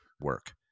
work